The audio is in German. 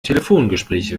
telefongespräche